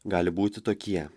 gali būti tokie